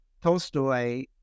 Tolstoy